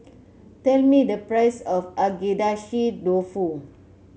tell me the price of Agedashi Dofu